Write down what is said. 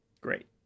Great